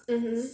mmhmm